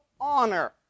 honor